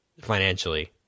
financially